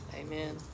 Amen